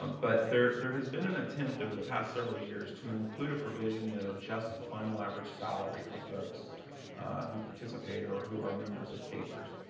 um but there there has been an attempt over the past several years to include a provision that adjusts the final average salary for folks who participate or who are members of kpers.